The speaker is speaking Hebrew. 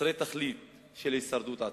חסרי תכלית של הישרדות עצמית.